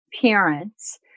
parents